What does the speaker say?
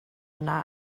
yna